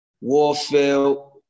Warfield